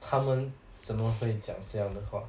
他们怎么会讲这样的话